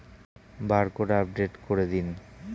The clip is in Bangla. বারকোড আপডেট করে দিন?